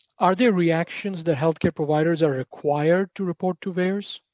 are there reactions that healthcare providers are required to report to vaers?